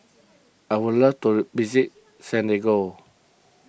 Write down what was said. I would like to visit Santiago